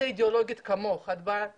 אנחנו נצרף תכף את הגורמים מהשלטון המקומי.